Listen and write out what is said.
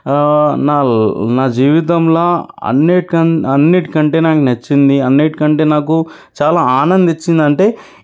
నా నా జీవితంలో అన్నిటికం అన్నిటికంటే నాకు నచ్చింది అన్నిటికంటే నాకు చాలా ఆనందాన్ని ఇచ్చింది అంటే